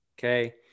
okay